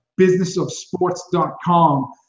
BusinessOfSports.com